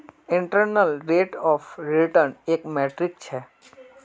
internal rate of return एक metric छ